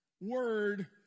word